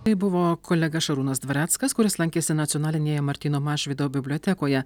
tai buvo kolega šarūnas dvareckas kuris lankėsi nacionalinėje martyno mažvydo bibliotekoje